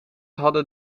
hadden